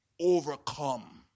overcome